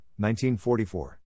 1944